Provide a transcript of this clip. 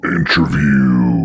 Interview